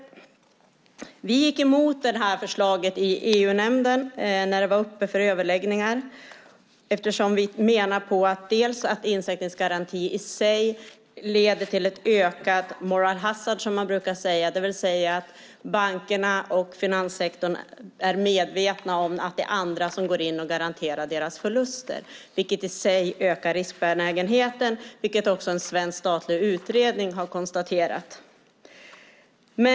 Vi gick emot detta förslag i EU-nämnden när det var uppe för överläggningar eftersom vi menar att en insättningsgaranti i sig leder till en ökad moral hazard, som man brukar säga, det vill säga att bankerna och finanssektorn är medvetna om att det är andra som går in och garanterar deras förluster. Det ökar i sig riskbenägenheten, vilket också en svensk statlig utredning har konstaterat.